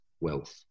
wealth